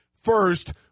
first